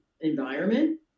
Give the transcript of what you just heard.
environment